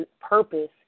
purpose